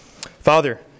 Father